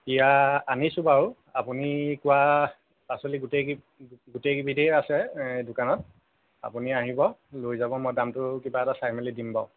এতিয়া আনিছোঁ বাৰু আপুনি আপুনি কোৱা পাচলি গোটেই কেই গোটেই কেইবিধেই আছে দোকানত আপুনি আহিব লৈ যাম মই দামটো কিবা এটা চাই মেলি দিম বাৰু